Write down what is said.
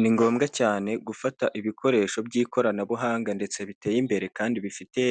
Ni ngombwa cyane gufata ibikoresho by'ikoranabuhanga ndetse biteye imbere kandi bifite